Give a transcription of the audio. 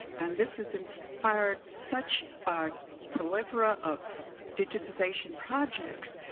and this has inspired such prolifera of digitization projects.